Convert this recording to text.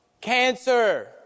cancer